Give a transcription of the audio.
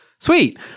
Sweet